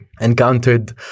encountered